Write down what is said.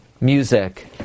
music